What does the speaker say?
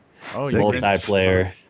multiplayer